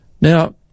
Now